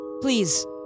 please